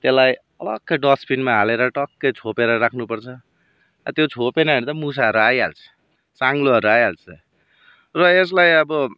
त्यसलाई अलग्गै डस्टबिनमा हालेर टक्कै छोपेर राख्नुपर्छ त्यो छोपेन भने त मुसाहरू आइहाल्छ साङ्लोहरू आइहाल्छ र यसलाई अब